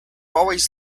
always